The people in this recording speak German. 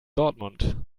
dortmund